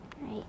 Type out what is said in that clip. Right